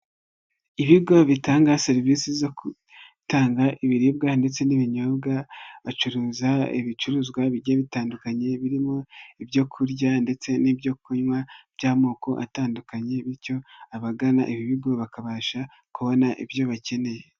Ibigo bitanga serivisi zo gutanga ibiribwa ndetse n'ibinyobwa, bacuruza ibicuruzwa bigiye bitandukanye birimo ibyo kurya ndetse n'ibyokunywa by'amoko atandukanye, bityo abagana ibi bigo bakabasha kubona ibyo bakeneye.